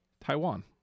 Taiwan